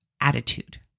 attitude